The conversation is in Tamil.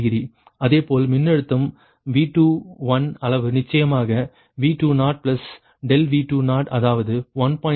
அதே போல் மின்னழுத்தம் V2 அளவு நிச்சயமாக V2∆V2 அதாவது 1